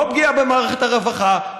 לא פגיעה במערכת הרווחה,